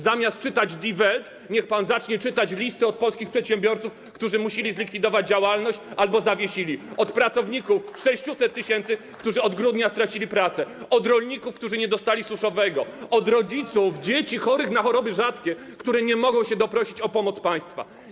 Zamiast czytać „Die Welt”, niech pan zacznie czytać listy od polskich przedsiębiorców, którzy musieli zlikwidować działalność albo ją zawiesić, od 600 tys. pracowników, którzy od grudnia stracili pracę, od rolników, którzy nie dostali suszowego, od rodziców dzieci chorych na choroby rzadkie, którzy nie mogą się doprosić o pomoc państwa.